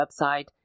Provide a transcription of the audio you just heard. website